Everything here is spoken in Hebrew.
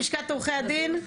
מלשכת עורכי הדין.